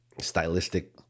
stylistic